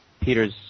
Peter's